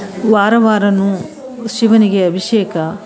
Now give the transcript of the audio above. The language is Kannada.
ವಾರ ವಾರವೂ ಶಿವನಿಗೆ ಅಭಿಷೇಕ